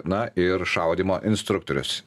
na ir šaudymo instruktorius